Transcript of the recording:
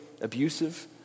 abusive